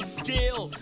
skill